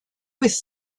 was